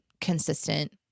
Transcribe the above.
consistent